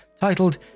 Titled